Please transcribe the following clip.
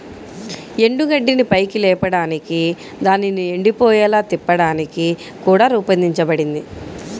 ఎండుగడ్డిని పైకి లేపడానికి దానిని ఎండిపోయేలా తిప్పడానికి కూడా రూపొందించబడింది